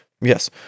yes